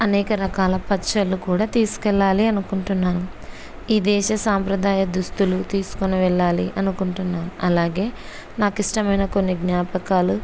అనేక రకాల పచ్చళ్ళు కూడా తీసుకెళ్ళాలి అనుకుంటున్నాను ఈ దేశ సాంప్రదాయ దుస్తులు తీసుకొని వెళ్ళాలి అనుకుంటున్నాను అలాగే నాకు ఇష్టమైన కొన్ని జ్ఞాపకాలు